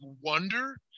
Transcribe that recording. wonder